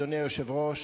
אדוני היושב-ראש,